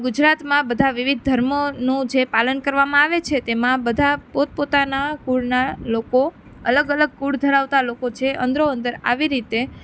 ગુજરાતમાં બધા વિવિધ ધર્મોનું જે પાલન કરવામાં આવે છે તેમાં બધા પોતપોતાનાં કુળના લોકો અલગ અલગ કુળ ધરાવતા લોકો જે અંદરો અંદર આવી રીતે